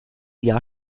jahr